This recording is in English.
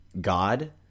God